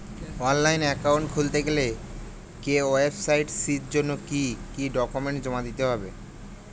Online account খুলতে গেলে KYC জন্য কি কি ডকুমেন্ট জমা দিতে হবে?